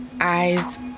Eyes